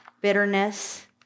bitterness